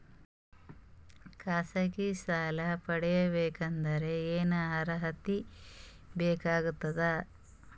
ಖಾಸಗಿ ಸಾಲ ಪಡಿಬೇಕಂದರ ಏನ್ ಅರ್ಹತಿ ಬೇಕಾಗತದ?